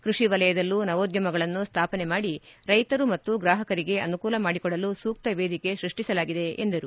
ಕೃಷಿ ವಲಯದಲ್ಲೂ ನವೋದ್ಯಮಗಳನ್ನು ಸ್ಥಾಪನೆ ಮಾಡಿ ರೈತರು ಮತ್ತು ಗ್ರಾಹಕರಿಗೆ ಅನುಕೂಲ ಮಾಡಿಕೊಡಲು ಸೂಕ್ತ ವೇದಿಕೆ ಸೃಷ್ಟಿಸಲಾಗಿದೆ ಎಂದರು